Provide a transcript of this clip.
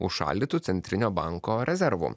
užšaldytų centrinio banko rezervų